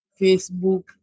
Facebook